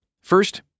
First